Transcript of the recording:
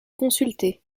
consulter